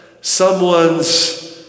someone's